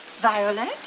Violet